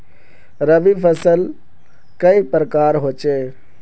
रवि फसल कई प्रकार होचे?